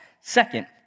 Second